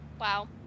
Wow